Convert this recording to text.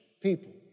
people